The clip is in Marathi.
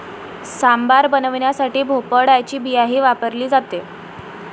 सांबार बनवण्यासाठी भोपळ्याची बियाही वापरली जाते